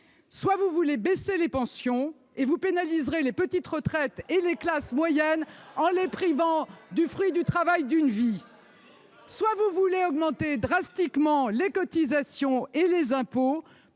Soit vous voulez baisser les pensions et vous pénaliserez ainsi les petites retraites et les classes moyennes, en les privant du fruit du travail d'une vie, ... Mensonge !... soit vous voulez augmenter drastiquement les cotisations et les impôts